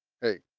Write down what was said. Hey